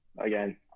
again